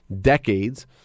decades